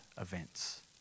events